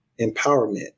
empowerment